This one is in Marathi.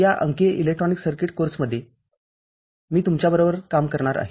या अंकीय इलेक्ट्रॉनिक सर्किट्स कोर्समध्ये मी तुमच्याबरोबर काम करणार आहे